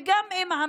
וגם האב,